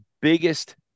biggest